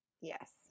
Yes